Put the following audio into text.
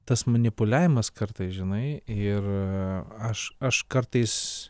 tas manipuliavimas kartais žinai ir aš aš kartais